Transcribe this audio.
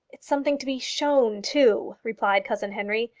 it's something to be shown too, replied cousin henry,